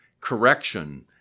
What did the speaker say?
correction